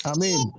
Amen